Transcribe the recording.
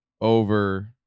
over